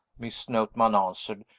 miss notman answered,